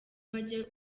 bajye